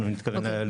אנחנו -- אוקי,